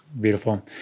Beautiful